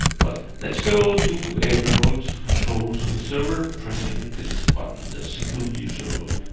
but let's go do a remote control to the server, pressing this button, the single user mode.